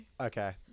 Okay